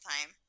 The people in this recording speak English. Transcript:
time